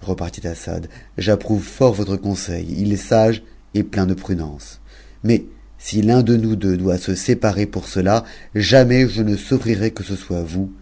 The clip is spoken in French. repartit assad j'approuve fort votre conseil il est sa et plein de prudence mais si l'un de nous deux doit se séparer pour ce jamais je ne souffrirai que ce soit vous